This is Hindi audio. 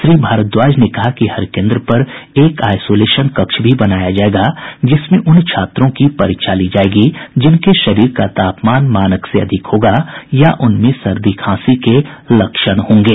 श्री भारद्वाज ने कहा कि हर केन्द्र पर एक आइसोलेशन कक्ष भी बनाया जायेगा जिसमें उन छात्रों की परीक्षा ली जायेगी जिनके शरीर का तापमान मानक से अधिक होगा या उनमें सर्दी खांसी के लक्षण होंगे